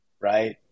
right